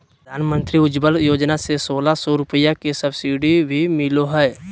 प्रधानमंत्री उज्ज्वला योजना से सोलह सौ रुपया के सब्सिडी भी मिलो हय